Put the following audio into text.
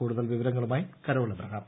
കൂടുതൽ വിവരങ്ങളുമായി കരോൾ എബ്രഹാം